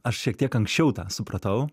aš šiek tiek anksčiau tą supratau